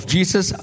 Jesus